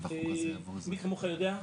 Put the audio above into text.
מי כמוכם יודע,